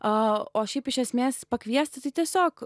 a o šiaip iš esmės pakviesti tiesiog